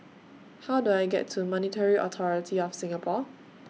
How Do I get to Monetary Authority of Singapore